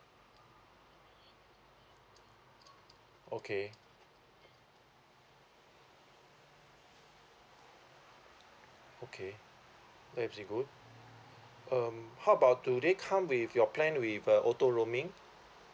okay okay that is good um how about do they come with your plan with a auto roaming